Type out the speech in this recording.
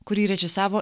kurį režisavo